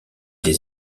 des